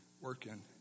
working